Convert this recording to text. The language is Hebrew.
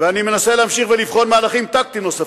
ואני מנסה להמשיך ולבחון מהלכים טקטיים נוספים.